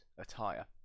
attire